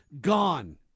Gone